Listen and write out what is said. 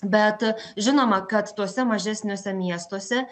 bet žinoma kad tuose mažesniuose miestuose